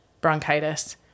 bronchitis